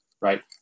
right